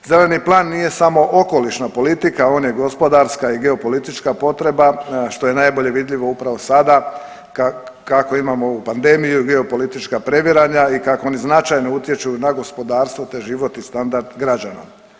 Zeleni plan nije samo okolišna politika, on je gospodarska i geopolitička potreba, što je najbolje vidljivo upravo sada kako imamo ovu pandemiju geopolitička previranja i kako oni značajno utječu na gospodarstvo te život i standard građana.